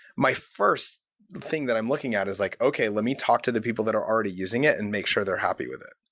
my first thing that i'm looking at is, like okay. let me talk to the people that are already using it and make sure they're happy with it,